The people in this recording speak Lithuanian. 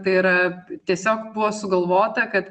tai yra tiesiog buvo sugalvota kad